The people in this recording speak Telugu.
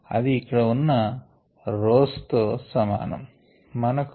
అది ఇక్కడ ఉన్న రోస్అడ్డ వరుసలు తో సమానము